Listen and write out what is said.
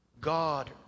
God